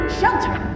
shelter